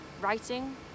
writing